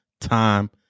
time